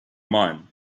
mine